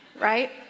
right